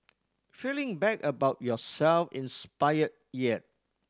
feeling bad about yourself inspired yet